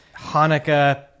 Hanukkah